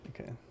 Okay